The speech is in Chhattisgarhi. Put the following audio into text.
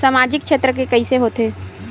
सामजिक क्षेत्र के कइसे होथे?